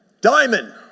Diamond